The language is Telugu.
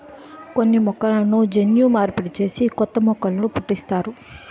కొన్ని మొక్కలను జన్యు మార్పిడి చేసి కొత్త మొక్కలు పుట్టిస్తారు